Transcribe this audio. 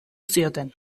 zioten